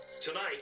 Tonight